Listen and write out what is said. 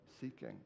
seeking